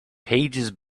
pages